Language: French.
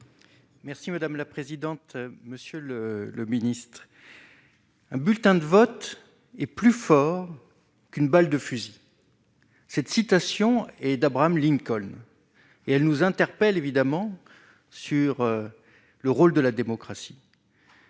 Merci madame la présidente, monsieur le Ministre. Un bulletin de vote et plus fort qu'une balle de fusil cette citation et d'Abraham Lincoln et elle nous interpelle évidemment sur le rôle de la démocratie.